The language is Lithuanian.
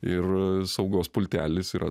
ir saugos pultelis yra